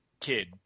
kid